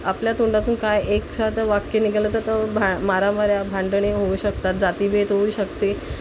आपल्या तोंडातून काय एक साधं वाक्य निघालं तर तो भा मारामाऱ्या भांडणे होऊ शकतात जातीभेद होऊ शकते